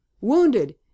wounded